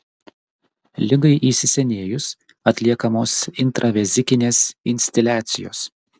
ligai įsisenėjus atliekamos intravezikinės instiliacijos